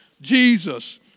Jesus